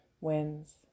wins